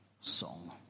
song